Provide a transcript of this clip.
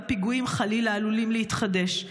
והפיגועים חלילה עלולים להתחדש.